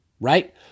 right